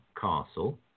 Castle